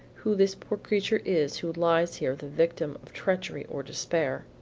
who this poor creature is who lies here the victim of treachery or despair.